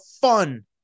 fun